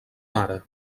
mare